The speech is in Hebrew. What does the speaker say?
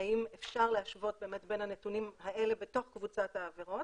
האם אפשר להשוות באמת בין הנתונים האלה בתוך קבוצת העבירות.